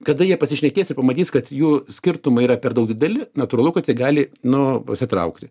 kada jie pasišnekės ir pamatys kad jų skirtumai yra per daug dideli natūralu kad jie gali nu pasitraukti